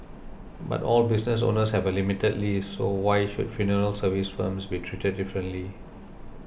but all business owners have a limited lease so why should funeral services firms be treated differently